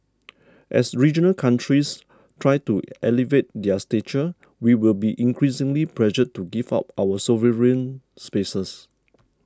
as regional countries try to elevate their stature we will be increasingly pressured to give up our sovereign spaces